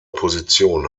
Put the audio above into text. position